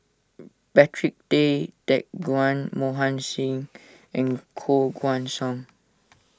Patrick Tay Teck Guan Mohan Singh and Koh Guan Song